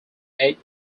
eight